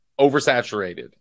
oversaturated